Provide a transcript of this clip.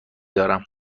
دارم